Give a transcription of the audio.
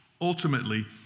ultimately